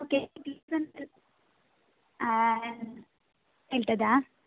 okay ಕೇಳ್ತದಾ